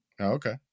Okay